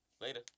Later